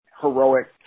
heroic